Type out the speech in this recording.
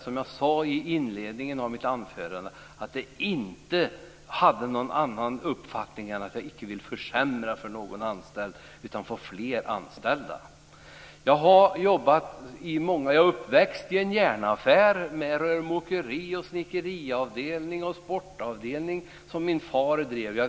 Som jag sade i inledningen av mitt anförande har jag inte någon annan inriktning än att inte försämra för någon anställd utan i stället få fram fler anställningar. Jag är uppväxt i en järnaffär med med rörmokerioch snickeriavdelningar.